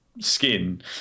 skin